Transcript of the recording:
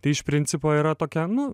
tai iš principo yra tokia nu